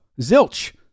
Zilch